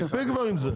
מספיק כבר עם זה.